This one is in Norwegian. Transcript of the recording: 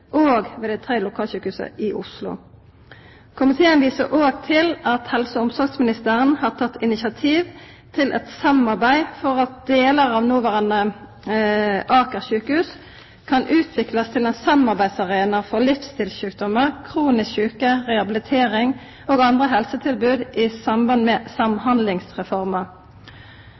og ved dei tre lokalsjukehusa i Oslo. Komiteen viser òg til at helse- og omsorgsministeren har teke initiativ til eit samarbeid for at delar av noverande Aker sykehus kan utviklast til ein samarbeidsarena for livsstilssjukdomar, kronisk sjuke, rehabilitering og andre helsetilbod i samband med Samhandlingsreforma.